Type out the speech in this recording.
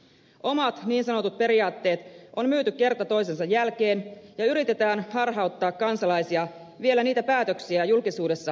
omat niin sanotut periaatteet on myyty kerta toisensa jälkeen ja yritetään harhauttaa kansalaisia vielä niitä päätöksiä julkisuudessa kaunistelemalla